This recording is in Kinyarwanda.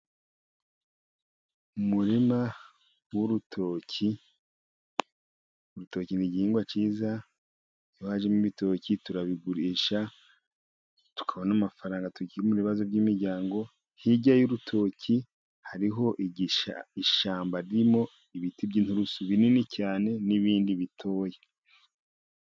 Umurima w'urutoki , urutoki n'igihingwa cyiza , iyo hajemo ibitoki turabigurisha tukabona amafaranga , tugakemura ibibazo by'imiryango ,hirya y'urutoki hariho ishyamba ririmo ibiti by'inturusu , binini cyane n'ibindi bitoya.